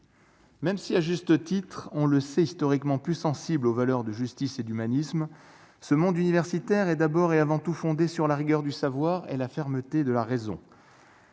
même si, à juste titre, on le sait, historiquement plus sensibles aux valeurs de justice et d'humanisme, ce monde universitaire et d'abord et avant tout fondée sur la rigueur du savoir et la fermeté de la raison.